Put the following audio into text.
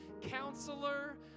Counselor